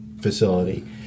facility